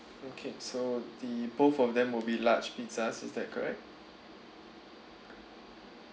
okay so the both of them will be large pizzas is that correct